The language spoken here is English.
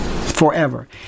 Forever